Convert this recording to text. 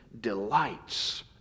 delights